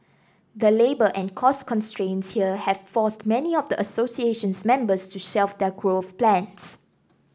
the labour and cost constraints here have forced many of the association's members to shelf their growth plans